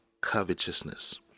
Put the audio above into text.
covetousness